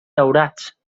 daurats